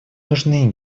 нужны